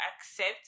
accept